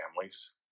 families